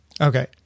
Okay